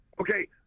Okay